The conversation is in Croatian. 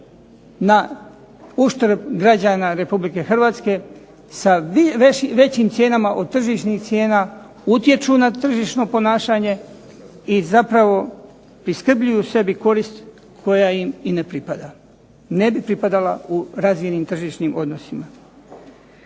na uštrb građana RH sa većim cijenama od tržišnog cijena utječu na tržišno ponašanje i zapravo priskrbljuju sebi korist koja im ne pripada. Ne bi pripadala u razumnim tržišnim odnosima.